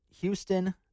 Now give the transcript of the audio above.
Houston